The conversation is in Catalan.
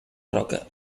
roca